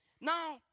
Now